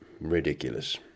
ridiculous